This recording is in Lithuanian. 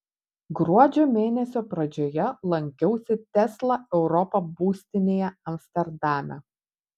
gruodžio mėnesio pradžioje lankiausi tesla europa būstinėje amsterdame